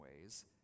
ways